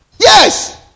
Yes